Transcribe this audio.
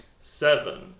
Seven